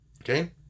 Okay